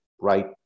right